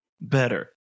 better